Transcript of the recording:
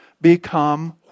become